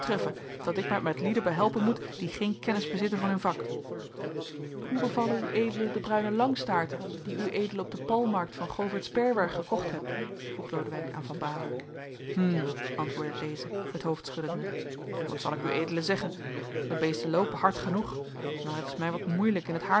dat ik mij met lieden behelpen moet die geen kennis bezitten van hun vak hoe bevallen ued de bruine langstaarten die ued op de palmmarkt van govert sperwer gekocht hebt vroeg lodewijk aan van baalen hm antwoordde deze het hoofd schuddende wat zal ik ued zeggen de beesten loopen hard genoeg maar t is mij wat moeilijk in t